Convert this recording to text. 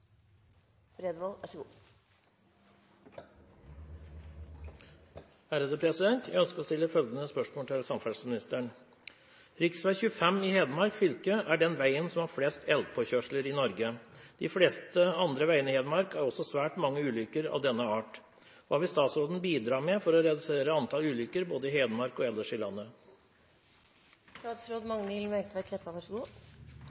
har flest elgpåkjørsler i Norge. De fleste andre veiene i Hedmark har også svært mange ulykker av denne art. Hva vil statsråden bidra med for å redusere antall ulykker både i Hedmark og ellers i